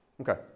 Okay